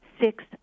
Six